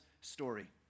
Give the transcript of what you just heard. story